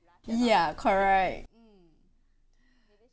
ya correct